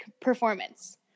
performance